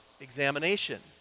examination